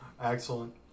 Excellent